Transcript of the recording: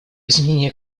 изменение